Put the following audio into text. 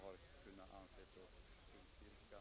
Jag vill, herr talman, med detta yrka bifall till reservationen 1.